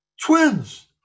twins